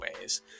ways